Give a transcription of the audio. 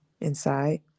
inside